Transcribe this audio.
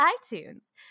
iTunes